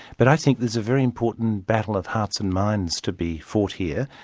but i think there's a very important battle of hearts and minds to be fought here,